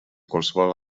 qualsevol